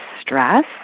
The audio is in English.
stress